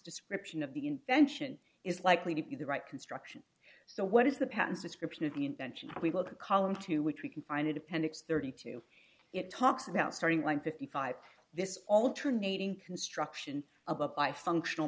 description of the invention is likely to be the right construction so what is the patents description of the invention of the column to which we can find it appendix thirty two it talks about starting line fifty five this alternating construction above by functional